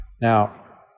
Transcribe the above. Now